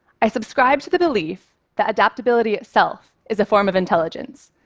i subscribe to the belief that adaptability itself is a form of intelligence,